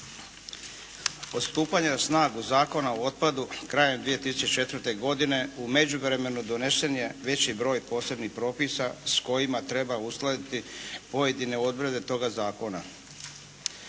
Od stupanja na snagu Zakona o otpadu krajem 2004. godine u međuvremenu donesen je veći broj posebnih propisa s kojima treba uskladiti pojedine odredbe toga zakona.